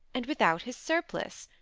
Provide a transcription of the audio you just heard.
and without his surplice!